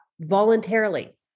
voluntarily